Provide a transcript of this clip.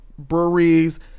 Breweries